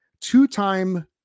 two-time